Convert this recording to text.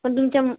पण तुमच्या म्